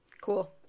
Cool